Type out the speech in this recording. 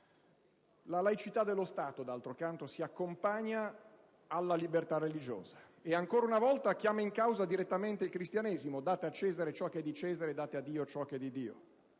La laicità dello Stato, d'altro canto, si accompagna alla libertà religiosa e ancora una volta chiama in causa direttamente il Cristianesimo: «Date a Cesare ciò che è di Cesare. Date a Dio ciò che è di Dio».